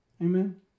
amen